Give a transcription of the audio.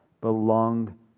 belong